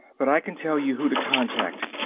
but i can tell you who to contact,